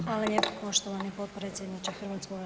Hvala lijepo poštovani potpredsjedniče HS.